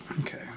okay